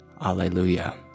Alleluia